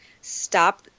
Stop